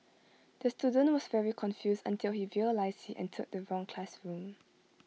the student was very confused until he realised he entered the wrong classroom